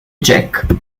jack